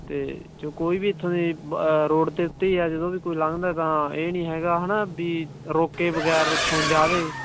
ਅਤੇ ਜੋ ਕੋਈ ਵੀ ਇੱਥੋਂ ਦੀ ਰੋਡ ਦੇ ਉੱਤੇ ਹੀ ਆ ਜਦੋਂ ਵੀ ਕੋਈ ਲੰਘਦਾ ਤਾਂ ਇਹ ਨਹੀਂ ਹੈਗਾ ਹੈ ਨਾ ਵੀ ਰੋਕੇ ਬਗੈਰ ਉੱਥੋਂ ਜਾਵੇ